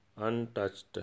untouched